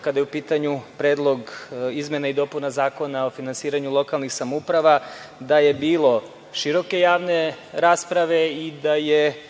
kada je u pitanju Predlog izmena i dopuna Zakona o finansiranju lokalnih samouprava, da je bilo široke javne rasprave i da je